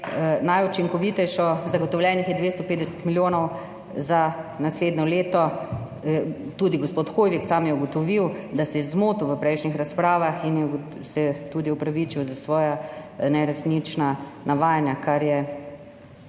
najučinkovitejšo. Zagotovljenih je 250 milijonov za naslednje leto. Tudi gospod Hoivik sam je ugotovil, da se je zmotil v prejšnjih razpravah, in se tudi opravičil za svoja neresnična navajanja. Kar je